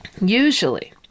usually